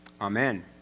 Amen